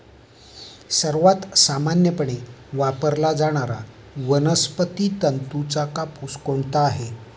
सर्वात सामान्यपणे वापरला जाणारा वनस्पती तंतूचा कापूस कोणता आहे?